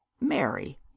mary